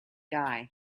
guy